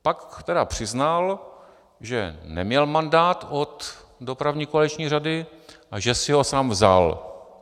Pak tedy přiznal, že neměl mandát od dopravní koaliční rady a že si ho sám vzal.